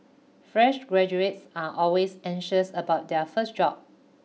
fresh graduates are always anxious about their first job